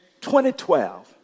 2012